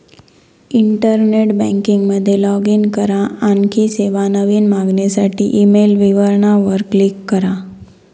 internet banking मध्ये log in करा, आणखी सेवा, नवीन मागणीसाठी ईमेल विवरणा वर क्लिक करा